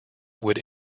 would